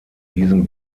diesem